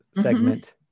segment